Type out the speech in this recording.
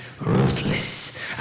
ruthless